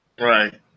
Right